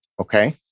Okay